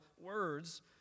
words